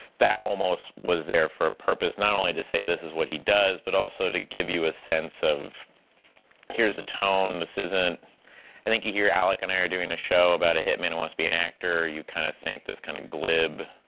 that almost was there for a purpose, not only to say this is what he does, but also to give you a sense of here's the tone. and i think you hear alec and i are doing a show about a hit man who wants to be an actor, you kind of think this kind of glib,